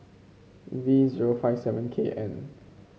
V zero five seven K N